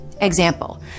Example